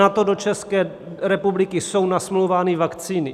Na to do České republiky jsou nasmlouvány vakcíny.